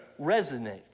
resonates